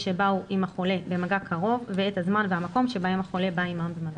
שבאו עם החולה במגע קרוב ואת הזמן והמקום שבהם החולה בה עמם במגע.